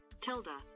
Tilda